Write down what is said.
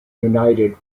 united